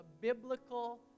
biblical